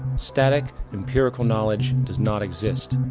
static empirical knowledge does not exist,